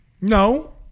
No